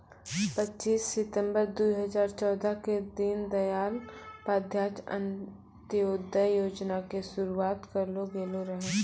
पच्चीस सितंबर दू हजार चौदह के दीन दयाल उपाध्याय अंत्योदय योजना के शुरुआत करलो गेलो रहै